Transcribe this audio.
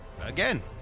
again